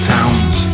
Towns